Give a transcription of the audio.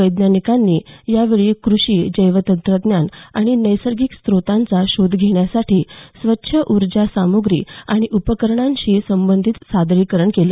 वैज्ञानिकांनी यावेळी कृषी जैव तंत्रज्ञान तसंच नैसर्गिक स्रोतांचा शोध घेण्यासाठी स्वच्छ उर्जा सामुग्री आणि उपकरणांशी संबंधित सादरीकरणं केली